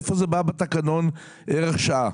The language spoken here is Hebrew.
איפה זה בא בתקנון ערך שעה?